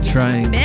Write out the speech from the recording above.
Trying